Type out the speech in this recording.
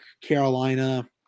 Carolina